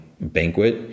banquet